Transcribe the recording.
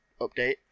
update